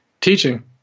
Teaching